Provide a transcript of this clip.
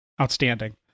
Outstanding